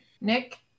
Nick